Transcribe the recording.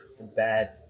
bad